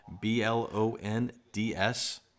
B-L-O-N-D-S